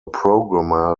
programmer